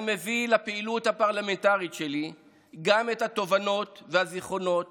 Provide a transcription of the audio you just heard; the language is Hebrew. אני מביא לפעילות הפרלמנטרית שלי גם את התובנות והזיכרונות